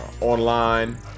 online